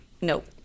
nope